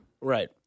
Right